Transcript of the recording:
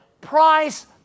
price